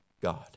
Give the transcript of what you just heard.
God